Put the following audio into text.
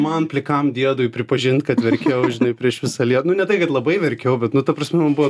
man plikam diedui pripažint kad verkiau žinai prieš visą lie nu ne tai kad labai verkiau bet nu ta prasme buvo